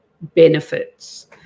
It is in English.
benefits